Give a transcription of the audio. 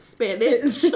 Spanish